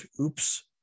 Oops